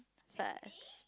but